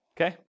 Okay